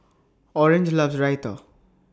Orange loves Raita